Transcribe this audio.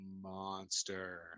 monster